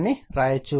అని వ్రాయవచ్చు